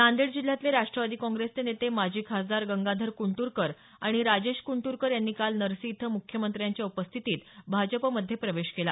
नांदेड जिल्ह्यातले राष्ट्रवादी काँग्रेसचे नेते माजी खासदार गंगाधर कंटरकर आणि राजेश कंटरकर यांनी काल नरसी इथं मुख्यमंत्र्यांच्या उपस्थितीत भाजपमध्ये प्रवेश केला